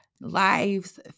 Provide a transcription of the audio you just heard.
lives